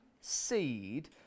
seed